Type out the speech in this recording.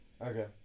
Okay